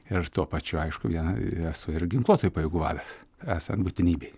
ir aš tuo pačiu aišku esu ir ginkluotųjų pajėgų vadas esant būtinybei